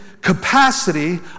capacity